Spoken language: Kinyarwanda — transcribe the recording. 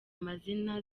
amazina